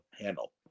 handle